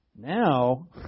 Now